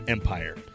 Empire